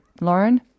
Lauren